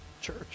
church